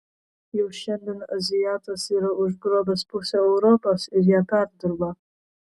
jau šiandien azijatas yra užgrobęs pusę europos ir ją perdirba